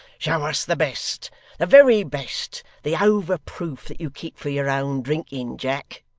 show us the best the very best the over-proof that you keep for your own drinking, jack